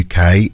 UK